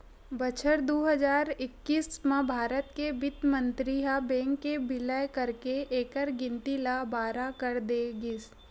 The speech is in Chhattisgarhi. बछर दू हजार एक्कीस म भारत के बित्त मंतरी ह बेंक के बिलय करके एखर गिनती ल बारह कर दे गिस